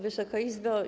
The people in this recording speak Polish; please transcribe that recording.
Wysoka Izbo!